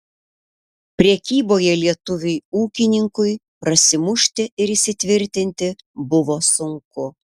prekyboje lietuviui ūkininkui prasimušti ir įsitvirtinti buvo sunku